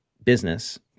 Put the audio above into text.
business